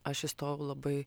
aš įstojau labai